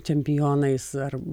čempionais ar